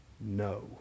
no